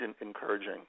encouraging